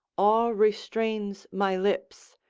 awe restrains my lips,